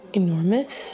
enormous